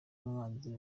mwanzi